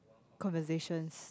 conversations